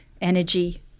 energy